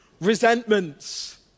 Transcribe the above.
resentments